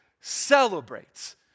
celebrates